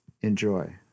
Enjoy